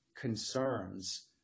concerns